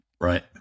Right